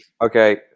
Okay